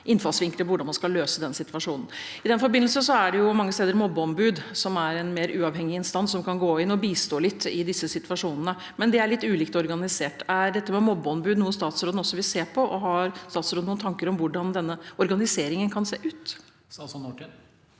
hvordan man skal løse situasjonen. I den forbindelse er det mange steder mobbeombud, som er en mer uavhengig instans, som kan gå inn og bistå litt i disse situasjonene, men det er litt ulikt organisert. Er mobbeombud noe statsråden også vil se på, og har statsråden noen tanker om hvordan denne organiseringen kan se ut?